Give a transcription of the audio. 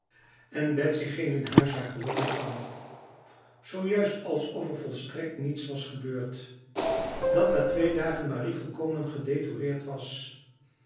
en betsy ging in huis haar gewone gang zo juist alsof er volstrekt niets was gebeurd dat na twee dagen marie volkomen gederouteerd was